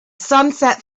sunset